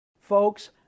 Folks